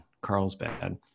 Carlsbad